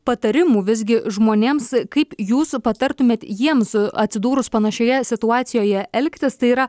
patarimų visgi žmonėms kaip jūs patartumėt jiems atsidūrus panašioje situacijoje elgtis tai yra